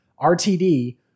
RTD